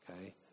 okay